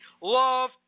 love